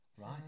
Right